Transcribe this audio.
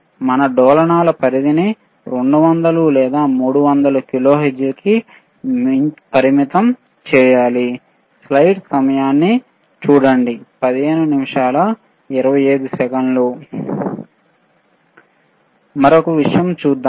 మనం మన డోలనాల పరిధిని 200 లేదా 300 కిలోహెర్ట్జ్ కి పరిమితం చేయాలి మరొక విషయం చూద్దాం